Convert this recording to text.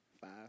Five